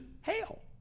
hell